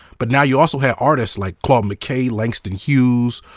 but now you also have artists like claude mckay, langston hughes,